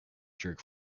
jerk